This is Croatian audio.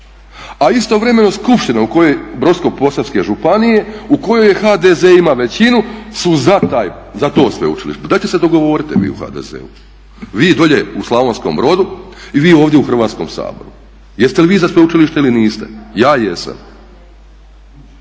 Brodsko-posavske županije u kojoj HDZ ima većinu su za to sveučilište. Pa dajte se dogovorite vi u HDZ-u, vi dolje u Slavonskom Brodu i vi ovdje u Hrvatskom saboru. Jeste li vi za sveučilište ili niste? Ja jesam.